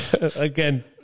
Again